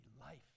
life